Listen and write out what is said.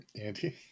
Andy